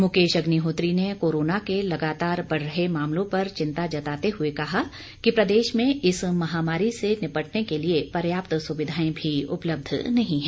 मुकेश अग्निहोत्री ने कोरोना के लगातार बढ़ रहे मामलों पर चिंता जताते हुए कहा कि प्रदेश में इस महामारी से निपटने के लिए पर्याप्त सुविधाएं भी उपलब्ध नहीं हैं